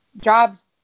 jobs